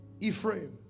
Ephraim